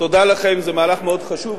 תודה לכם, זה מהלך מאוד חשוב.